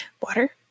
Water